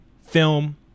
film